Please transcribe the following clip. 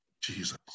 Jesus